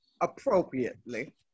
appropriately